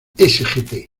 sgt